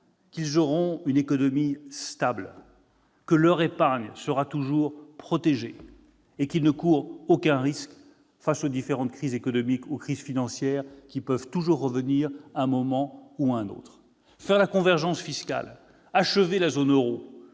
que l'économie sera stable, que leur épargne sera toujours protégée et qu'ils ne courent aucun risque face aux différentes crises économiques ou financières qui peuvent toujours survenir à un moment ou à un autre. Réaliser la convergence fiscale, achever la zone euro,